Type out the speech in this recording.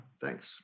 thanks